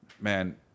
man